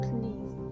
Please